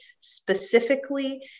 specifically